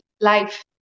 life